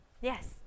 Yes